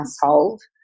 household